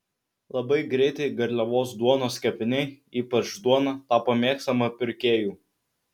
labai greitai garliavos duonos kepiniai ypač duona tapo mėgstama pirkėjų